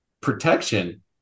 protection